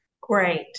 Great